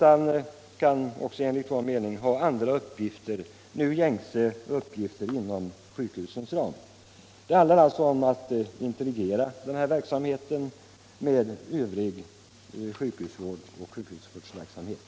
Den skulle enligt vår mening också kunna ha andra gängse uppgifter inom sjukhusens ram. Det handlar alltså om att integrera verksamheten med övrig sjukhusvård och sjukvårdsverksamhet.